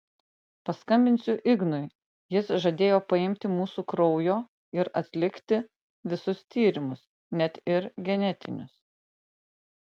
paskambinsiu ignui jis žadėjo paimti mūsų kraujo ir atlikti visus tyrimus net ir genetinius